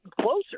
closer